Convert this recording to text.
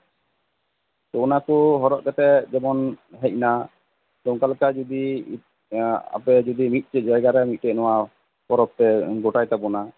ᱛᱚ ᱚᱱᱟ ᱠᱚ ᱦᱚᱨᱚᱜ ᱠᱟᱛᱮ ᱡᱮᱢᱚᱱ ᱦᱮᱡ ᱮᱱᱟ ᱚᱱᱠᱟᱞᱮᱠᱟ ᱡᱩᱫᱤ ᱮᱸᱜ ᱟᱵᱚ ᱡᱩᱫᱤ ᱢᱤᱫᱴᱮᱡ ᱡᱟᱭᱜᱟ ᱨᱮ ᱱᱚᱣᱟ ᱯᱚᱨᱚᱵ ᱯᱮ ᱜᱚᱴᱟᱭ ᱛᱟᱵᱚᱱᱟ